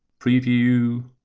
preview.